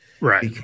right